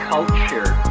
Culture